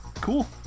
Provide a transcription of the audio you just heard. Cool